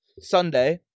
Sunday